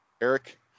Eric